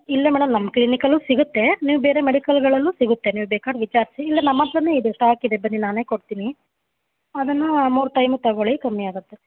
ಇಲ್ಲ ಮೇಡಮ್ ನಮ್ಮ ಕ್ಲಿನಿಕಲ್ಲು ಸಿಗುತ್ತೆ ನೀವು ಬೇರೆ ಮೆಡಿಕಲ್ಗಳಲ್ಲೂ ಸಿಗುತ್ತೆ ನೀವು ಬೇಕಾರೆ ವಿಚಾರಿಸಿ ಇಲ್ಲ ನಮ್ಮ ಹತ್ತಿರನೇ ಇದೆ ಸ್ಟಾಕಿದೆ ಬನ್ನಿ ನಾನೇ ಕೊಡ್ತೀನಿ ಅದನ್ನು ಮೂರು ಟೈಮು ತೊಗೊಳಿ ಕಮ್ಮಿ ಆಗುತ್ತೆ